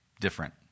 different